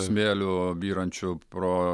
smėliu byrančiu pro